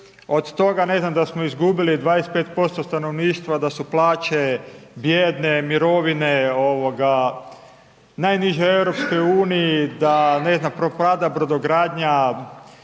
od toga ne znam, da smo izgubili 25% stanovništva, da su plaće bijedne, mirovine, ovoga, najniže u EU, da ne znam propada brodogradnja,